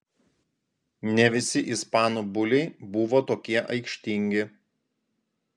ne visi ispanų buliai buvo tokie aikštingi